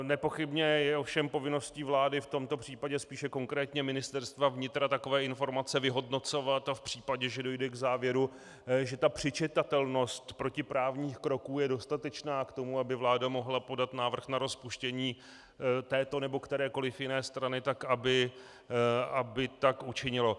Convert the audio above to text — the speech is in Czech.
Nepochybně je ovšem povinností vlády, v tomto případě spíše konkrétně Ministerstva vnitra, takové informace vyhodnocovat a v případě, že dojde k závěru, že přičitatelnost protiprávních kroků je dostatečná k tomu, aby vláda mohla podat návrh na rozpuštění této nebo kterékoliv jiné strany, tak aby tak učinilo.